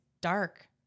dark